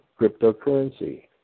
cryptocurrency